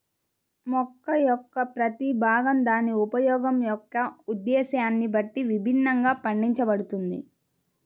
మొక్క యొక్క ప్రతి భాగం దాని ఉపయోగం యొక్క ఉద్దేశ్యాన్ని బట్టి విభిన్నంగా పండించబడుతుంది